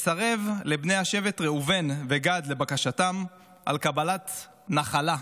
מסרב לבני השבט ראובן וגד, לבקשתם לקבלת נחלה.